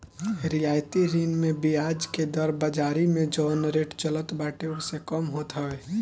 रियायती ऋण में बियाज के दर बाजारी में जवन रेट चलत बाटे ओसे कम होत हवे